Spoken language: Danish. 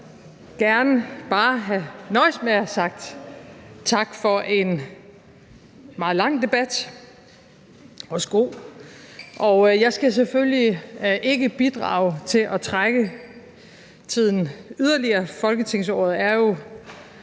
gerne bare have nøjedes med at have sagt tak for en meget lang og også god debat, og jeg skal selvfølgelig ikke bidrage til at trække tiden yderligere, folketingsåret er jo